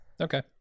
Okay